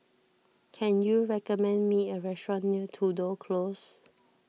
can you recommend me a restaurant near Tudor Close